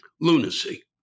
Lunacy